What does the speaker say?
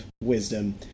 wisdom